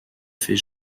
fait